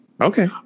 Okay